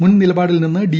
മുൻനിലപാടിൽ നിന്ന് ഡി